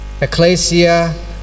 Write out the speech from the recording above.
ecclesia